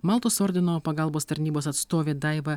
maltos ordino pagalbos tarnybos atstovė daiva